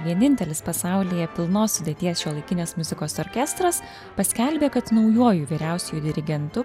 vienintelis pasaulyje pilnos sudėties šiuolaikinės muzikos orkestras paskelbė kad naujuoju vyriausiuoju dirigentu